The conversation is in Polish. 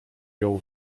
jął